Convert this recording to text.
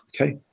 Okay